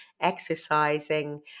exercising